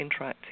Interactive